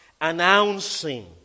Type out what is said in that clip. announcing